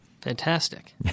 Fantastic